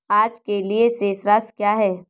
आज के लिए शेष राशि क्या है?